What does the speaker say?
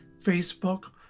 Facebook